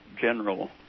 general